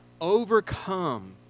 overcome